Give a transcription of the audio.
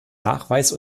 nachweis